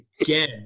again